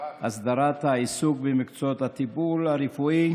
הסדרת העיסוק במקצועות הטיפול הרפואי.